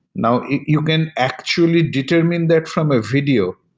now you can actually determine that from a video.